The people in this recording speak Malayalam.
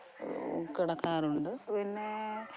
കിടക്കാറുണ്ട് പിന്നെ